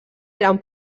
eren